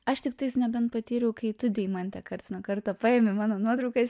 aš tiktais nebent patyriau kai tu deimante karts nuo karto paimi mano nuotraukas